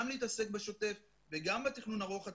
להתעסק בשוטף וגם בתכנון ארוך הטווח.